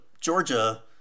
Georgia